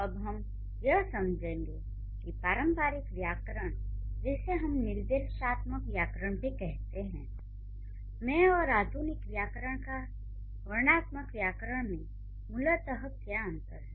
अब हम यह समझेंगे कि पारंपरिक व्याकरण जिसे हम निर्देशात्मक व्याकरण भी कहते हैं में और आधुनिक व्याकरण या वर्णनात्मक व्याकरण में मूलत क्या अंतर है